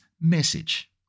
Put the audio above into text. message